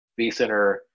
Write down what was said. vCenter